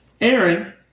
Aaron